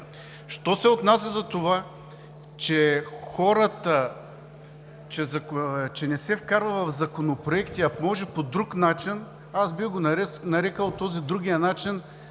Що се отнася за това, че не се вкарва в законопроекти, ако може по друг начин, аз бих нарекъл този другия начин